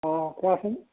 অ' কোৱাচোন